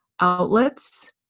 outlets